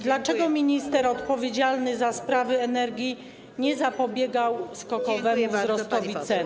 Dlaczego minister odpowiedzialny za sprawy energii nie zapobiegał skokowemu wzrostowi cen?